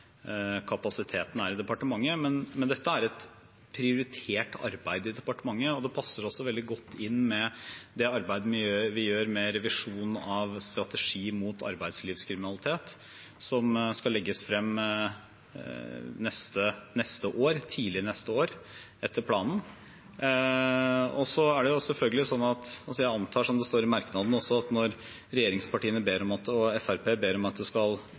kapasiteten er i departementet. Men dette er et prioritert arbeid i departementet, og det passer også veldig godt inn i det arbeidet vi gjør med revisjon av strategien mot arbeidslivskriminalitet, som etter planen skal legges frem tidlig neste år. Så antar jeg selvfølgelig at når to av regjeringspartiene og Fremskrittspartiet ber om at dette skal utredes, som det også står i merknaden, er det fordi man mener at forslaget er interessant nok til at hvis det